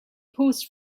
paused